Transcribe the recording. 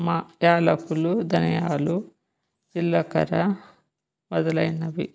మా యాలకులు ధనియాలు జీలకర్ర మొదలైనవి